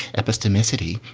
epistemic city.